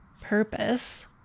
purpose